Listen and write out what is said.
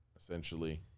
essentially